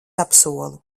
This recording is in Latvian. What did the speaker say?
apsolu